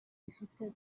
bifite